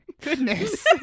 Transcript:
goodness